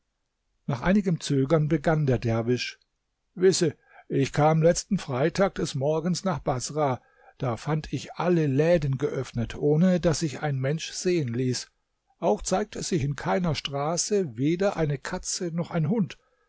nach einigem zögern begann der derwisch wisse ich kam letzten freitag des morgens nach baßrah da fand ich alle läden geöffnet ohne daß sich ein mensch sehen ließ auch zeigte sich in keiner straße weder eine katze noch ein hund